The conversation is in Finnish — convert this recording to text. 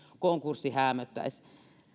konkurssi häämöttäisi